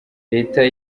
leta